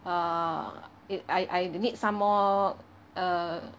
err I I need some more err